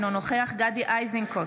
אינו נוכח גדי איזנקוט,